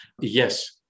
Yes